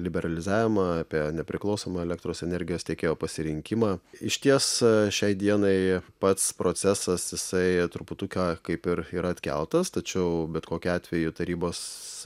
liberalizavimą apie nepriklausomą elektros energijos tiekėjo pasirinkimą išties šiai dienai pats procesas jisai truputuką kaip ir yra atkeltas tačiau bet kokiu atveju tarybos